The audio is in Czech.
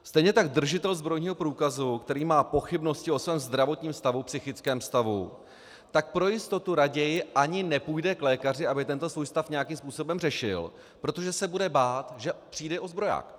Stejně tak držitel zbrojního průkazu, který má pochybnosti o svém zdravotním stavu, psychickém stavu, pro jistotu raději ani nepůjde k lékaři, aby tento svůj stav nějakým způsobem řešil, protože se bude bát, že přijde o zbroják.